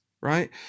right